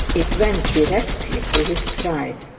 it went directly to his pride.